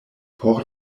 por